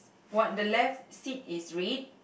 what the left seat is red